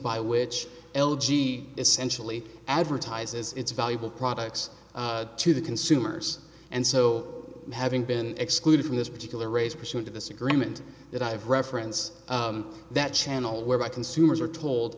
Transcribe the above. by which l g essentially advertises its valuable products to the consumers and so having been excluded from this particular race pursuit of this agreement that i've reference that channel whereby consumers are told